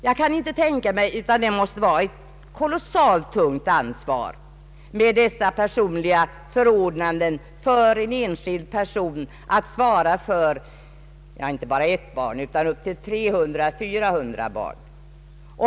Jag kan inte tänka mig annat än att det måste vara ett kolossalt tungt ansvar att ha dessa personliga förordnanden att svara för inte bara ett barn utan upp till 300 å 400 barn.